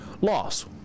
loss